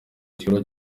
igikorwa